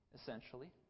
essentially